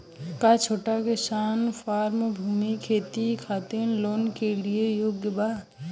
का छोटा किसान फारम भूमि खरीदे खातिर लोन के लिए योग्य बा?